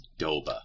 Doba